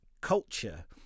culture